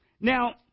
Now